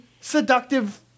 seductive